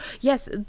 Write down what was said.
yes